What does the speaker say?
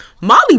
Molly